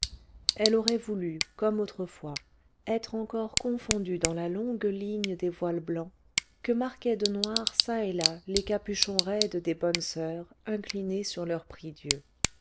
elle aurait voulu comme autrefois être encore confondue dans la longue ligne des voiles blancs que marquaient de noir ça et là les capuchons raides des bonnes soeurs inclinées sur leur prie-dieu